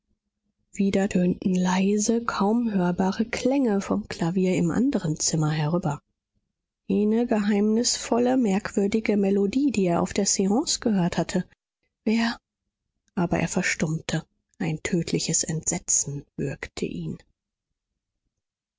wieder tönten leise kaum hörbare klänge vom klavier im anderen zimmer herüber jene geheimnisvolle merkwürdige melodie die er auf der seance gehört hatte wer aber er verstummte ein tödliches entsetzen würgte ihn